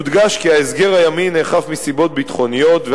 יודגש כי ההסגר הימי נאכף מסיבות ביטחוניות,